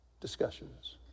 Discussions